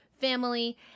family